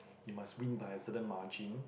you must win by a certain margin